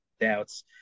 doubts